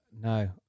No